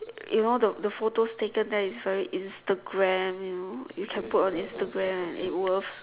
you know the the photos taken there is very Instagram you know you can put on Instagram it will